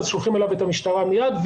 אז שולחים אליו את המשטרה מיד,